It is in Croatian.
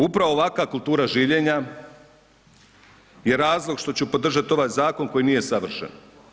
Upravo ovakva kultura življenja je razlog što ću podržati ovaj zakon koji nije savršen.